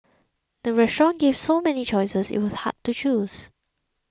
the restaurant gave so many choices it was hard to choose